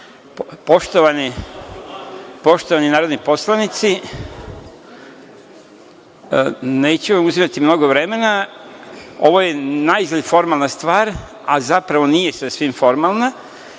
poslove. Poštovani narodni poslanici, neću vam uzimati mnogo vremena, ovo je naizgled formalna stvar, a zapravo nije sasvim formalna.